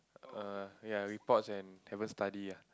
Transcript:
oh ya reports and haven't study ah